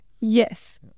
yes